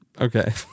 Okay